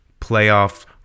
playoff